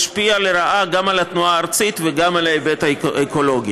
ישפיע לרעה גם התנועה הארצית וגם על ההיבט האקולוגי.